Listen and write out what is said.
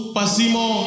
Pasimo